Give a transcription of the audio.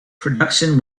production